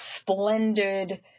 splendid